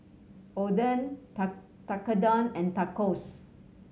Oden Tekkadon and Tacos